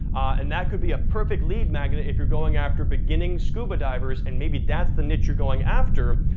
and that could be a perfect lead magnet if you're going after beginning scuba divers, and maybe that's the niche you're going after,